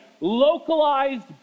localized